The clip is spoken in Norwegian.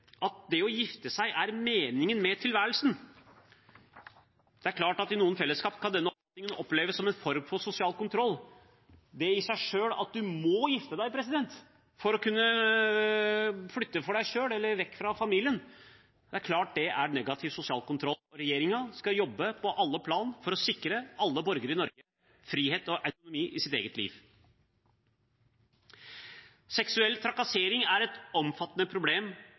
at det å gifte seg er meningen med tilværelsen. Det er klart at i noen fellesskap kan denne oppfatningen oppleves som en form for sosial kontroll. Det at du må gifte deg for å kunne flytte for deg selv eller bort fra familien, er i seg selv klart negativ sosial kontroll. Regjeringen skal jobbe på alle plan for å sikre alle borgere i Norge frihet og autonomi i sitt eget liv. Seksuell trakassering er et omfattende problem